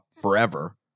forever